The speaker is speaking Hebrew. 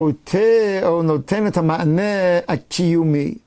‫הוא נותן את המענה הקיומי.